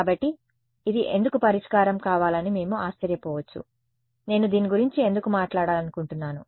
కాబట్టి ఇది ఎందుకు పరిష్కారం కావాలని మేము ఆశ్చర్యపోవచ్చు నేను దీని గురించి ఎందుకు మాట్లాడాలనుకుంటున్నాను